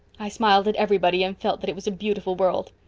i smiled at everybody and felt that it was a beautiful world.